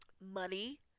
money